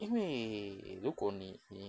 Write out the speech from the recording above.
因为如果你你